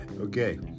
okay